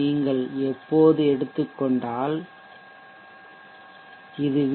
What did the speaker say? நீங்கள் எப்போது எடுத்துக்கொண்டால் இது வி